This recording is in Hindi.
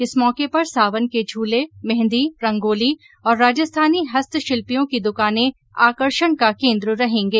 इस मौके पर सावन के झूले मेहदी रंगोली और राजस्थानी हस्तशिल्पियों की दुकानें आकर्षण का कोन्द्र रहेंगे